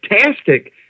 fantastic